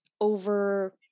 over